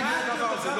אני נגד הדבר הזה.